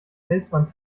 felswand